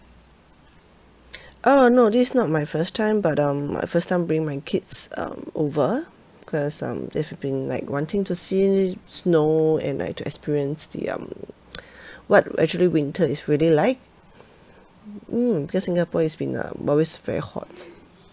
oh no this is not my first time but um my first time bringing my kids um over cause um they've been like wanting to see snow and like to experience the um what would actually winter is really like mm because singapore is been uh always very hot